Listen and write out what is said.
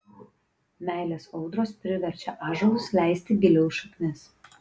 meilės audros priverčia ąžuolus leisti giliau šaknis